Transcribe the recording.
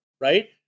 right